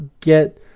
get